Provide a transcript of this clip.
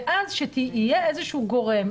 ואז יהיה איזשהו גורם,